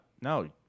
no